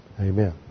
amen